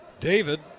David